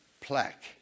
plaque